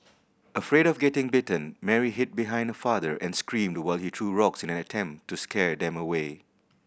afraid of getting bitten Mary hid behind her father and screamed while he threw rocks in an attempt to scare them away